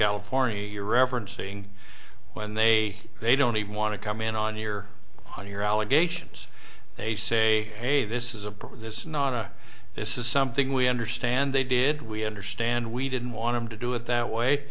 california you're referencing when they they don't even want to come in on your on your allegations they say hey this is a problem this nona this is something we understand they did we understand we didn't want to do it that way